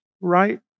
right